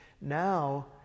Now